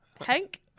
Hank